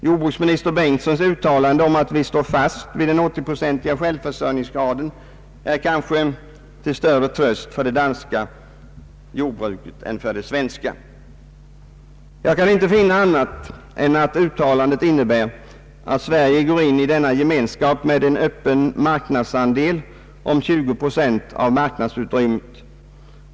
Jordbruksminister Bengtssons uttalande om att vi står fast vid den 80-procentiga självförsörjningsgraden är kanske till större tröst för det danska jordbruket än för det svenska. Jag kan inte finna annat än att uttalandet innebär att Sverige går in i denna gemenskap med en öppen marknadsandel på 20 procent av marknadsutrymmet.